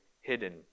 hidden